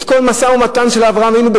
בכל המשא-ומתן של אברהם אבינו,